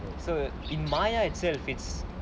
so in maya itself it's